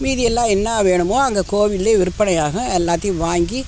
மீதி எல்லாம் என்ன வேணுமோ அங்கே கோவிலிலேயே விற்பனையாகும் எல்லாத்தையும் வாங்கி